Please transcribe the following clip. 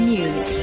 News